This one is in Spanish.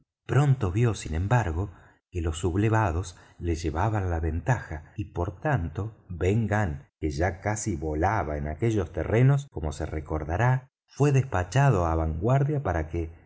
pronto vió sin embargo que los sublevados le llevaban la ventaja y por tanto ben gunn que ya casi volaba en aquellos terrenos como se recordará fué despachado á vanguardia para que